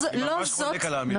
אני ממש חולק על האמירה הזאת.